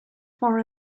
far